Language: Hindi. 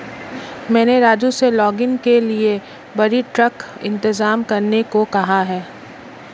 मैंने राजू से लॉगिंग के लिए बड़ी ट्रक इंतजाम करने को कहा है